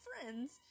friends